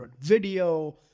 video